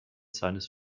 seines